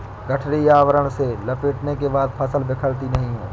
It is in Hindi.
गठरी आवरण से लपेटने के बाद फसल बिखरती नहीं है